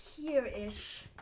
here-ish